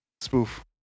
spoof